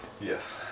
Yes